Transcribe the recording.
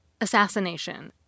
assassination